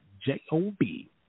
J-O-B